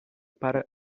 para